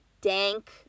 dank